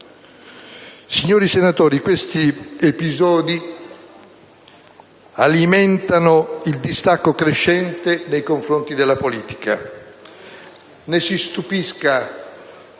Signori senatori, questi episodi alimentano il distacco crescente nei confronti della politica. Né si stupisca